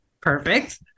perfect